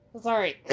sorry